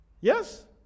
Yes